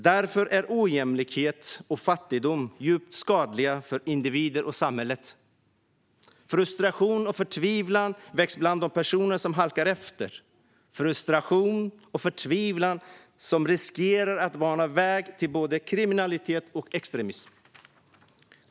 Därför är ojämlikhet och fattigdom djupt skadligt för individer och samhället. Frustration och förtvivlan väcks bland de personer som halkar efter - frustration och förtvivlan som riskerar att bana väg för både kriminalitet och extremism.